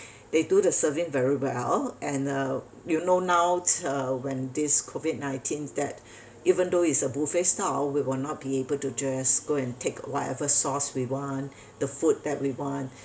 they do the serving very well and uh you know now uh when this COVID nineteen that even though is a buffet style we will not be able to just go and take whatever sauce we want the food that we want